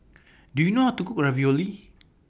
Do YOU know How to Cook Ravioli